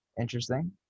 interesting